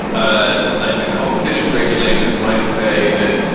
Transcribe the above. ah like the competition, regulators might say that.